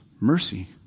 mercy